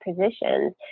positions